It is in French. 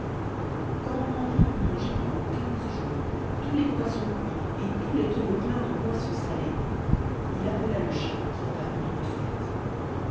quand henri eut rangé pendant quinze jours tous les poissons cuits et tous les tonneaux pleins de poissons salés il appela le chat qui apparut tout de suite